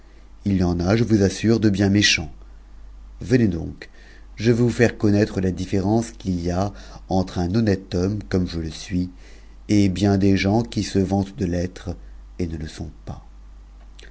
il y en a je vous assure de bien mëchin venez donc je veux vous taire connaître la dinerence qu'il y a entre honnête homme comme je le suis et bien des gens qui se vantent l'être et ne le sont pas